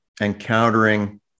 encountering